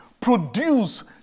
produce